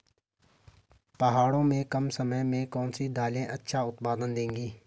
पहाड़ों में कम समय में कौन सी दालें अच्छा उत्पादन देंगी?